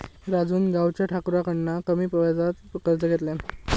राजून गावच्या ठाकुराकडना कमी व्याजात कर्ज घेतल्यान